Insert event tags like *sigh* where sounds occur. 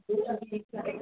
*unintelligible*